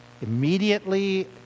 Immediately